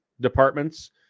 Departments